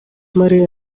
murray